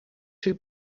two